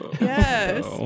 Yes